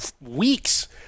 weeks